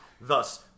Thus